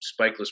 spikeless